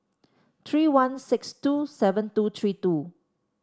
three one six two seven two three two